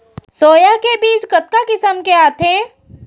Soya के बीज कतका किसम के आथे?